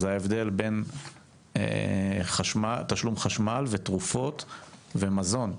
כאן נמצא ההבדל בין תשלום חשמל, תרופות ומזון,